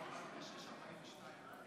הסעיף הצורך בהקמת